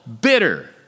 bitter